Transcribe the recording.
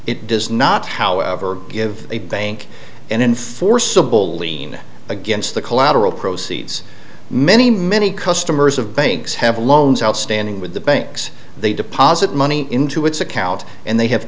it does not however give a bank and enforceable lien against the collateral proceeds many many customers of banks have loans outstanding with the banks they deposit money into its account and they have